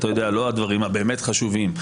לא הדברים הבאמת חשובים,